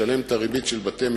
לשלם את הריבית של בתי-המשפט,